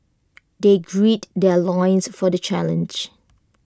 they gird their loins for the challenge